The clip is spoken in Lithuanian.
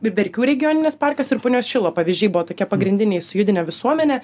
verkių regioninis parkas ir punios šilo pavyzdžiai buvo tokie pagrindiniai sujudinę visuomenę